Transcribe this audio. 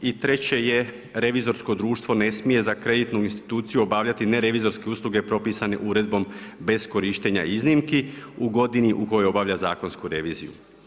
I treće je, revizorsko društvo ne smije za kreditnu instituciju obavljati nerevizorske usluge propisane uredbom bez korištenja iznimki u godini u kojoj obavlja zakonsku reviziju.